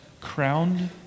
crowned